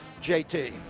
JT